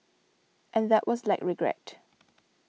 and that was like regret